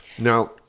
Now